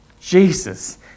Jesus